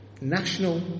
national